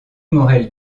morel